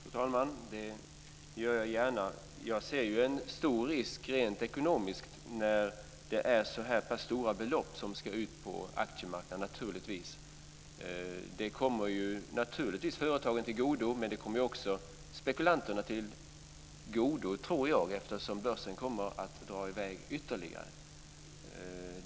Fru talman! Det gör jag gärna. Jag ser en stor risk rent ekonomiskt när det är så här stora belopp som ska ut på aktiemarknaden. Det kommer naturligtvis företagen till godo, men det kommer också spekulanterna till godo, tror jag, eftersom börsen kommer att dra i väg ytterligare.